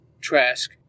Trask